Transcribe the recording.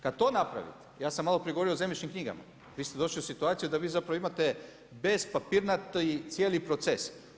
Kada to napravite, ja sam maloprije govorio o zemljišnim knjigama, vi ste došli u situaciju da vi zapravo imate bez papirnati cijeli proces.